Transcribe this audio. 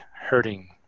hurting